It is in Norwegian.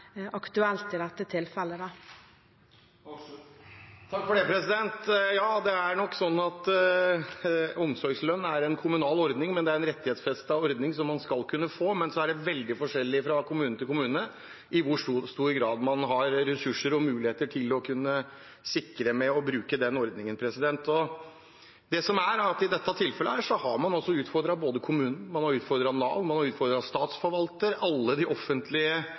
aktuelt i dette tilfellet. Ja, det er nok sånn at omsorgslønn er en kommunal ordning. Det er en rettighetsfestet ordning som man skal kunne få, men så er det veldig forskjellig fra kommune til kommune i hvor stor grad man har ressurser og muligheter til å kunne bruke den ordningen. I dette tilfellet har man utfordret både kommunen, Nav og statsforvalteren – alle de offentlige ordningene er